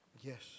Yes